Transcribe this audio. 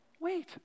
Wait